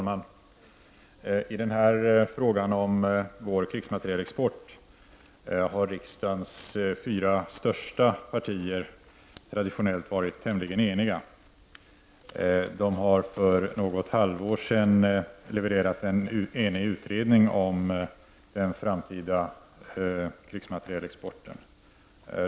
Fru talman! I fråga om krigsmaterielexporten har riksdagens fyra största partier traditionellt varit tämligen eniga. De har för något halvår sedan levererat en enig utredning om den framtida krigsmaterielexporten.